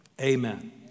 Amen